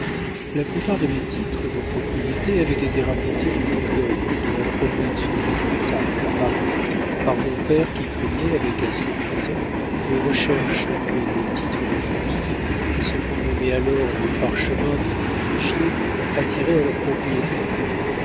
la plupart de mes titres de propriété avaient été rapportés du languedoc de la provence ou du comtat à paris par mon père qui craignait avec assez de raison les recherches que les titres de famille et ce qu'on nommait alors les parchemins des privilégiés attiraient à leurs propriétaires